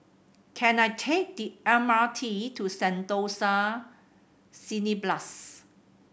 can I take the M R T to Sentosa Cineblast